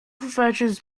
professions